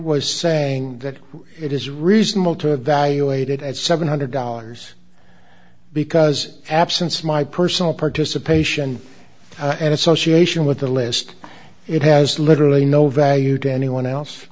was saying that it is reasonable to valuated at seven hundred dollars because absence my personal participation and association with the list it has literally no value to anyone else